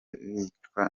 bicwa